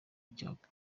icyakorwa